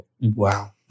wow